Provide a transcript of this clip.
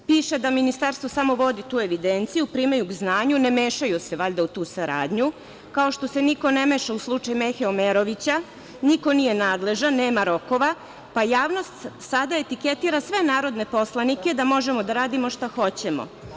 Doduše, piše da ministarstvo samo vodi tu evidenciju, primaju k znanju, ne mešaju se valjda u tu saradnju, kao što se niko ne meša u slučaj Mehe Omerovića, niko nije nadležan, nema rokova, pa javnost sada etiketira sve narodne poslanike da možemo da radimo šta hoćemo.